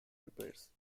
repairs